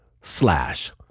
slash